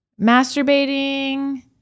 masturbating